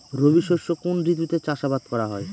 রবি শস্য কোন ঋতুতে চাষাবাদ করা হয়?